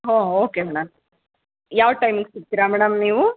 ಹೋ okay madam ಯಾವ ಟೈಮಿಗೆ ಸಿಗ್ತೀರಾ ಮೇಡಮ್ ನೀವು